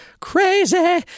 Crazy